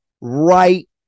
right